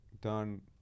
done